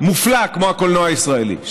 מופלא כמו הקולנוע הישראלי,